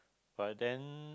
but then